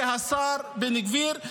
זה השר בן גביר.